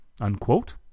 unquote